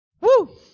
Woo